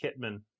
Kitman